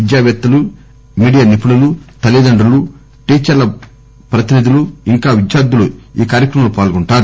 విద్యా పేత్తలు మీడియా నిపుణులు తల్లిదండ్రులు టీచర్ల ప్రతినిధులూ ఇంకా విద్యార్దులూ ఈ కార్యక్రమంలో పాల్గొంటారు